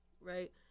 right